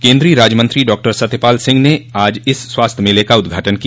केन्द्रीय राज्यमंत्री डॉक्टर सत्यपाल सिंह ने आज इस स्वास्थ्य मेले का उद्घाटन किया